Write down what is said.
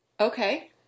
Okay